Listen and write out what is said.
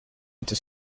into